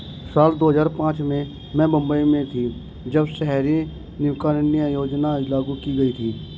साल दो हज़ार पांच में मैं मुम्बई में थी, जब शहरी नवीकरणीय योजना लागू की गई थी